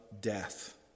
death